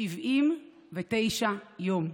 לפני 79 יום.